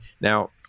now